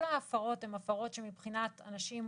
כל ההפרות הן הפרות שמבחינת אנשים עם